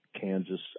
Kansas